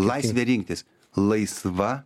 laisvė rinktis laisva